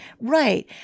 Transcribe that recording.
Right